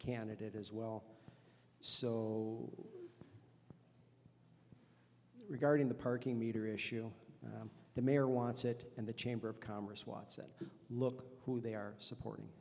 candidate as well so regarding the parking meter issue the mayor wants it and the chamber of commerce what's it look who they are supporting